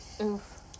Oof